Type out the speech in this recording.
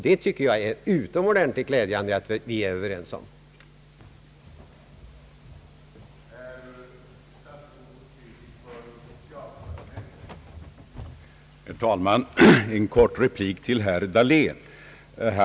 Jag tycker det är utomordentligt glädjande att vi är överens om detta.